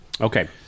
Okay